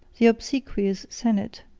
the obsequious senate,